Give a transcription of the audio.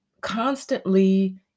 constantly